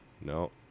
No